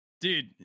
dude